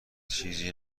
چیزی